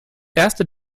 erste